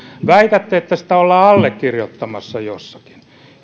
väitätte että sitä ollaan allekirjoittamassa jossakin